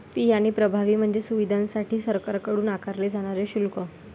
fee आणि प्रभावी म्हणजे सुविधांसाठी सरकारकडून आकारले जाणारे शुल्क